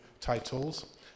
titles